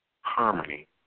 harmony